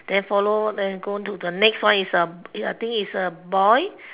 then follow then go to the next one is a I think is a boy